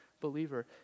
believer